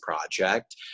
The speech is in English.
project